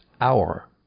hour